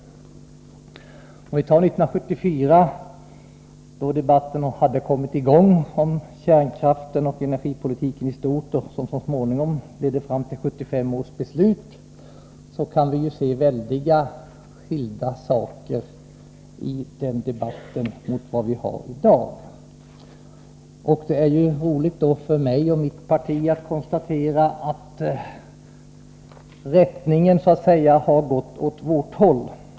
ser på hur det var år 1974, då den debatt om kärnkraften och energipolitiken i stort som så småningom ledde fram till 1975 års beslut hade kommit i gång, kan vi finna väldiga skillnader i förhållande till den debatt som förs i dag. Det är roligt för mig och mitt parti att konstatera att ”rättningen” har skett åt vårt håll.